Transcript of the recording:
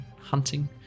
hunting